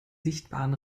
sichtbaren